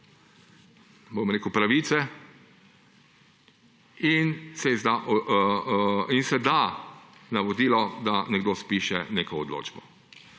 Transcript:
za neke pravice, in se da navodilo, da nekdo spiše neko odločbo.